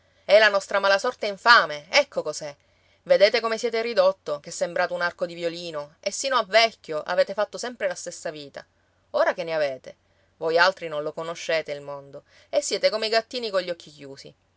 è la nostra mala sorte infame ecco cos'è vedete come siete ridotto che sembrate un arco di violino e sino a vecchio avete fatto sempre la stessa vita ora che ne avete voi altri non conoscete il mondo e siete come i gattini cogli occhi chiusi